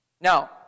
Now